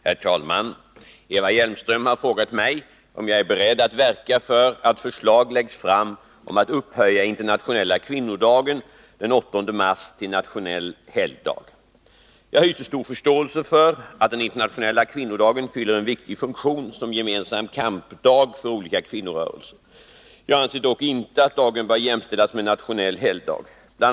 Herr talman! Eva Hjelmström har frågat mig om jag är beredd att verka för att förslag läggs fram om att upphöja internationella kvinnodagen den 8 mars till nationell helgdag. Jag hyser stor förståelse för att den internationella kvinnodagen fyller en viktig funktion som gemensam kampdag för olika kvinnorörelser. Jag anser dock inte att dagen bör jämställas med en nationell helgdag. Bl.